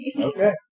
okay